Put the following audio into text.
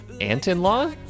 aunt-in-law